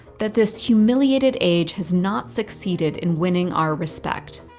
that this humiliated age has not succeeded in winning our respect.